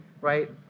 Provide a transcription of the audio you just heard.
right